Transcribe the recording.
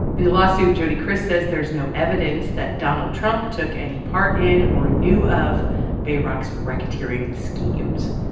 in the lawsuit, jody kriss says there's no evidence that donald trump took any part in or knew of bayrock's racketeering schemes.